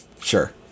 Sure